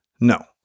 No